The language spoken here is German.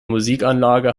musikanlage